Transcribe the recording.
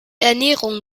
ernährung